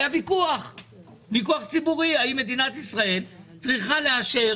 היה ויכוח ציבורי, האם מדינת ישראל צריכה לאשר